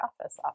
office